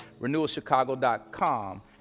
renewalchicago.com